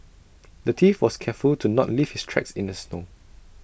the thief was careful to not leave his tracks in the snow